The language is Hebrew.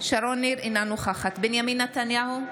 אינה נוכחת בנימין נתניהו,